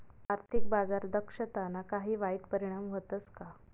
आर्थिक बाजार दक्षताना काही वाईट परिणाम व्हतस का